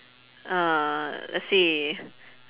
uh let's see